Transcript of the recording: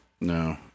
No